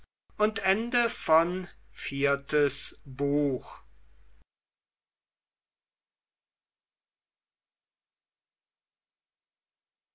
auseinander viertes buch